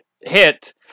hit